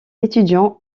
étudiants